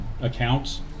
accounts